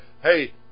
Hey